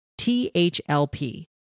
THLP